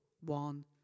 one